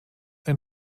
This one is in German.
ein